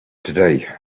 today